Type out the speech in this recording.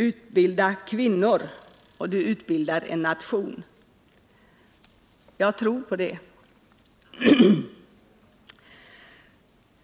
Utbilda kvinnor och du utbildar en nation.” Jag tror på det.